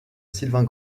sylvain